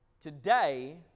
today